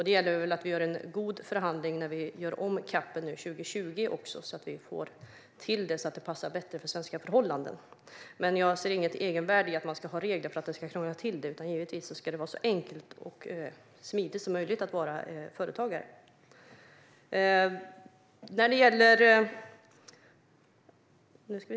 Det gäller att vi förhandlar bra när CAP:en görs om 2020 så att vi får till det att passa svenska förhållanden bättre. Jag ser dock inget egenvärde i att ha regler för att krångla till det hela. Givetvis ska det vara så enkelt och smidigt som möjligt att vara företagare.